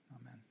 Amen